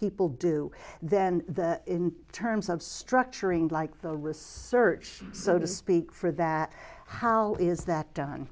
people do then in terms of structuring like the search so to speak for that how is that done